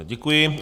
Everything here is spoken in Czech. Děkuji.